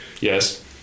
Yes